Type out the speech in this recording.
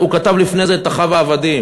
הוא כתב לפני זה את "אחי העבדים".